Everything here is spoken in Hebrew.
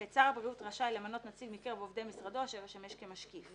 (ב) שר הבריאות רשאי למנות נציב מקרב עובדי משרדו אשר ישמש כמשקיף.